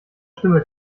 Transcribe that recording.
stimme